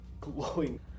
glowing